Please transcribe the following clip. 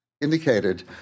indicated